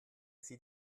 sie